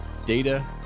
data